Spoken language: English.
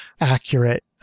accurate